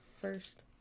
first